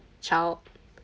child